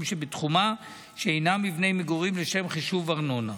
שבתחומה שאינם מבני מגורים לשם חישוב ארנונה.